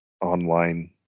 online